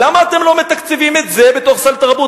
למה אתם לא מתקצבים את זה בתוך סל התרבות?